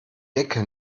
decke